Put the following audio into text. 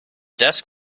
desk